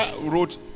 wrote